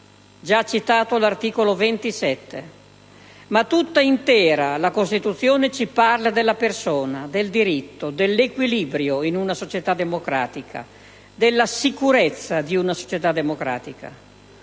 già citato articolo 27). In realtà, tutta intera la Costituzione ci parla della persona, del diritto, dell'equilibrio in una società democratica, della sicurezza di una società democratica.